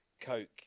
Coke